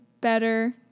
better